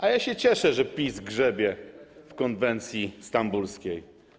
A ja się cieszę, że PiS grzebie w konwencji stambulskiej.